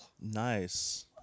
Nice